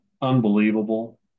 unbelievable